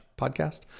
podcast